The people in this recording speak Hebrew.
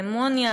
האמוניה,